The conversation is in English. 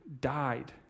died